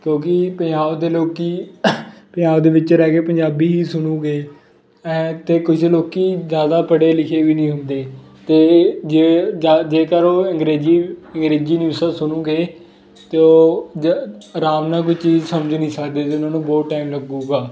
ਕਿਉਂਕਿ ਪੰਜਾਬ ਦੇ ਲੋਕ ਪੰਜਾਬ ਦੇ ਵਿੱਚ ਰਹਿ ਕੇ ਪੰਜਾਬੀ ਸੁਣੂਗੇ ਐਂ ਅਤੇ ਕੁਛ ਲੋਕ ਜ਼ਿਆਦਾ ਪੜ੍ਹੇ ਲਿਖੇ ਵੀ ਨਹੀਂ ਹੁੰਦੇ ਅਤੇ ਜੇ ਜਾ ਜੇਕਰ ਉਹ ਅੰਗਰੇਜ਼ੀ ਅੰਗਰੇਜ਼ੀ ਨਿਊਜ਼ਸ ਸੁਣੂਗੇ ਅਤੇ ਉਹ ਜ ਆਰਾਮ ਨਾਲ ਕੋਈ ਚੀਜ਼ ਸਮਝ ਨਹੀਂ ਸਕਦੇ ਅਤੇ ਉਹਨਾਂ ਨੂੰ ਬਹੁਤ ਟਾਈਮ ਲੱਗੇਗਾ